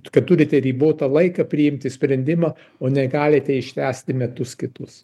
kad turite ribotą laiką priimti sprendimą o negalite ištęsti metus kitus